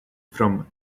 from